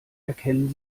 erkennen